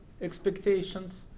expectations